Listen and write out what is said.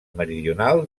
meridional